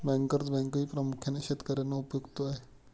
bankers बँकही प्रामुख्याने शेतकर्यांना उपयुक्त आहे